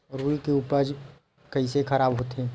रुई के उपज कइसे खराब होथे?